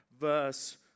verse